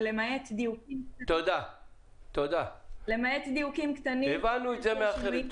ולמעט דיוקים קטנים --- הבנו את זה מאחרים.